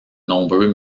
nombreux